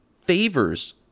favors